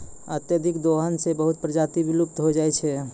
अत्यधिक दोहन सें बहुत प्रजाति विलुप्त होय जाय छै